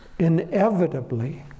inevitably